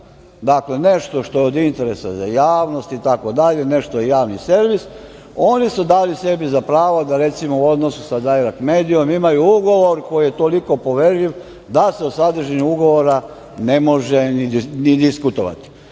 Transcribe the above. Dakle, nešto što je od interesa za javnost itd, nešto je javni servis, oni su sebi dali za pravo da, recimo, u odnosu sa „Dajrekt medijom“ imaju ugovor koji je toliko poverljiv da se o sadržini ugovora ne može ni diskutovati. Nadalje,